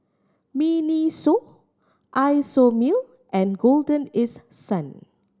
MINISO Isomil and Golden East Sun